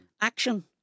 Action